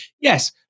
yes